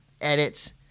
edits